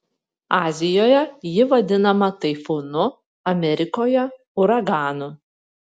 azijoje ji vadinama taifūnu amerikoje uraganu